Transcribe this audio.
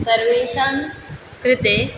सर्वेषाङ्कृते